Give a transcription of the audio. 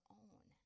own